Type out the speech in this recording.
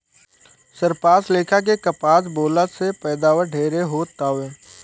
सरपास लेखा के कपास बोअला से पैदावार ढेरे हो तावे